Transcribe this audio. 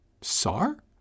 SAR